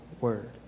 word